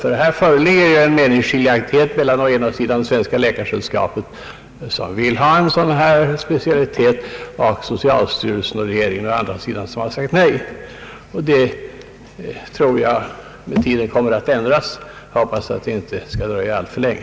Här föreligger en meningsskiljaktighet mellan å ena sidan Svenska läkaresällskapet, som vill ha en sådan här specialitet, och å andra sidan socialstyrelsen och regeringen, vilka har sagt nej. Den senare inställningen tror jag kommer att ändras med tiden, och jag hoppas att det inte dröjer alltför länge.